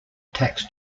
tax